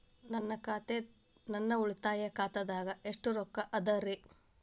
ನನ್ನ ಉಳಿತಾಯ ಖಾತಾದಾಗ ಎಷ್ಟ ರೊಕ್ಕ ಅದ ರೇ?